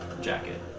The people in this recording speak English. jacket